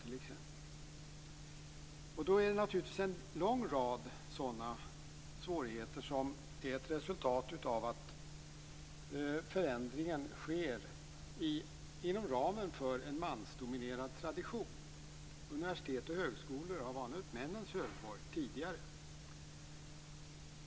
Det finns naturligtvis en lång rad sådana svårigheter, som är ett resultat av att förändringen sker inom ramen för en mansdominerad tradition. Universitet och högskolor har ju varit männens högborg tidigare.